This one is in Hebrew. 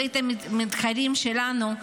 בית הנבחרים שלנו,